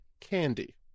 candy